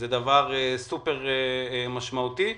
זה דבר סופר משמעותי.